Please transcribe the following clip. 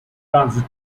transit